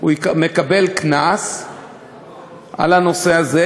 והוא מקבל קנס על הנושא הזה.